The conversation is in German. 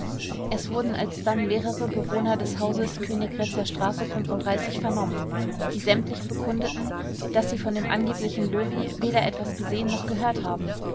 es wurden alsdann mehrere bewohner des hauses königgrätzer straße vernommen die sämtlich bekundeten daß sie von dem angeblichen löwy weder etwas gesehen noch gehört haben